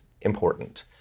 important